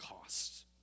costs